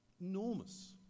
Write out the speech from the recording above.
enormous